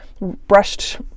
brushed